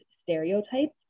stereotypes